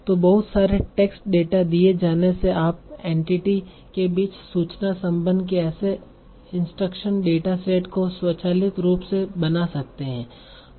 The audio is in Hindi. तो बहुत सारे टेक्स्ट डेटा दिए जाने से आप एंटिटी के बीच सूचना संबंध के ऐसे इंस्ट्रक्शन डेटा सेट को स्वचालित रूप से बना सकते हैं